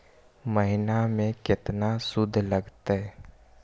महिना में केतना शुद्ध लगतै?